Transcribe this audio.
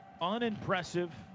unimpressive